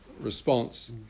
response